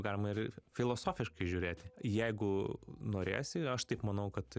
galima ir filosofiškai žiūrėti jeigu norėsi aš taip manau kad